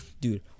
dude